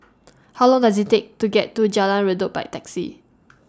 How Long Does IT Take to get to Jalan Redop By Taxi